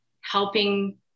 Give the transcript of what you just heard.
helping